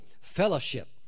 fellowship